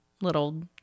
little